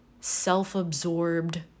self-absorbed